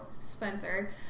Spencer